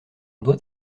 doit